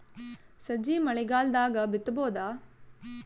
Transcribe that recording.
ಸಜ್ಜಿ ಮಳಿಗಾಲ್ ದಾಗ್ ಬಿತಬೋದ?